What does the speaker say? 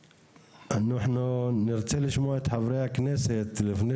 אנחנו נרצה לשמוע את חברי הכנסת לפני